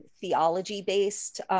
theology-based